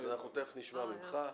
אז אנחנו תיכף נשמע ממך.